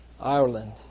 Ireland